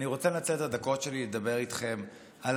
אני רוצה לנצל את הדקות שלי לדבר איתכם על